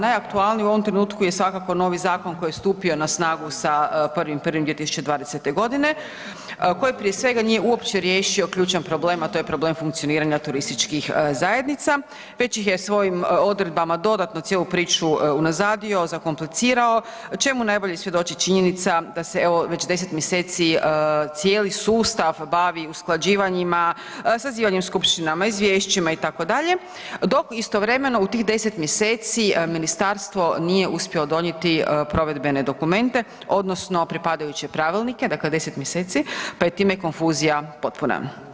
Najaktualniji u ovom trenutku je svakako novi zakon koji je stupio na snagu sa 1.1.2020.g., koji prije svega nije uopće riješio ključan problem, a to je problem funkcioniranja turističkih zajednica, već ih je svojim odredbama dodatno cijelu priču unazadio, zakomplicirao, čemu najbolje svjedoči činjenica da se evo već 10. mjeseci cijeli sustav bavi usklađivanjima, sazivanjem skupštinama, izvješćima itd., dok istovremeno u tih 10. mjeseci ministarstvo nije uspio donijeti provedbene dokumente odnosno pripadajuće pravilnike, dakle 10. mjeseci, pa je time konfuzija potpuna.